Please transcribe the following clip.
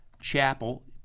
Chapel